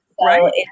right